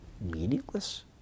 Meaningless